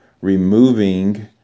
removing